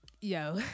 yo